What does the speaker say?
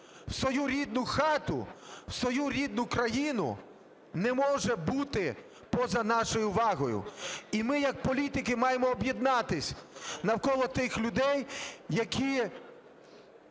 в свою рідну хату, в свою рідну країну, не може бути поза нашою увагою. І ми як політики маємо об'єднатися навколо тих людей, які